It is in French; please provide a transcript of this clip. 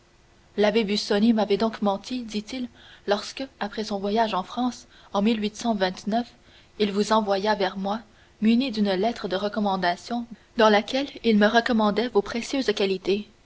l'abbé busoni m'avait donc menti dit-il lorsque après son voyage en france en il vous envoya vers moi muni d'une lettre de recommandation dans laquelle il me recommandait vos précieuses qualités